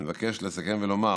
אני מבקש לסכם ולומר